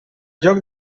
lloc